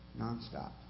nonstop